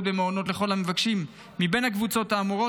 במעונות לכל המבקשים מבין הקבוצות האמורות,